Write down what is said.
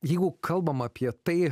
jeigu kalbam apie tai